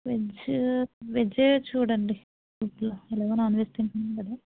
veg veg చూడండి సూపులో ఎలాగో నాన్ వెజ్ తింటున్నాం కదా